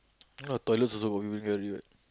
ya toilets also got people carry what